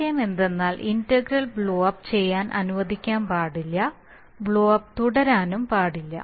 ആശയo എന്തെന്നാൽ integral blow up ചെയ്യാൻ അനുവദിക്കാൻ പാടില്ല ബ്ലോ അപ് തുടരാനും പാടില്ല